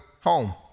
home